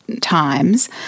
times